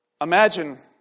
Imagine